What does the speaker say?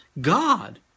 God